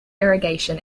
irrigation